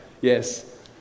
Yes